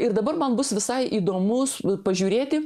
ir dabar man bus visai įdomus pažiūrėti